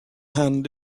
hand